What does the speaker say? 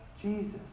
Jesus